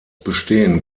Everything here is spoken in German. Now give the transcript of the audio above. bestehen